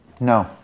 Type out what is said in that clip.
No